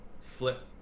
flip